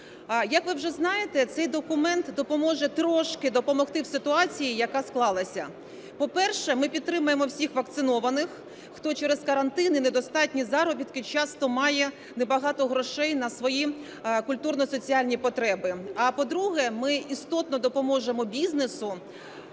Як ви вже знаєте, цей документ допоможе трошки допомогти в ситуації, яка склалася. По-перше, ми підтримаємо всіх вакцинованих, хто через карантин і недостатні заробітки часто має небагато грошей на свої культурно-соціальні потреби. А по-друге, ми істотно допоможемо бізнесу,